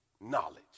knowledge